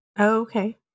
Okay